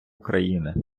україни